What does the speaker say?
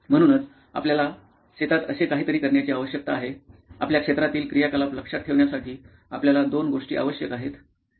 म्हणूनच आपल्याला शेतात असे काहीतरी करण्याची आवश्यकता आहे आपल्या क्षेत्रातील क्रियाकलाप लक्षात ठेवण्यासाठी आपल्याला दोन गोष्टी आवश्यक आहेत